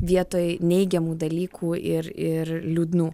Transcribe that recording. vietoj neigiamų dalykų ir ir liūdnų